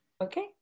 Okay